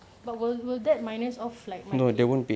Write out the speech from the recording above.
but will that minus off like my pay